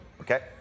Okay